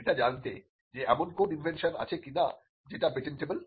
এটা জানতে যে এমন কোন ইনভেনশন আছে কিনা যেটা পেটেন্টবল